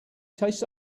tastes